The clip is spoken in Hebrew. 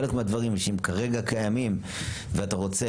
חלק מהדברים שכרגע קיימים ואתה רוצה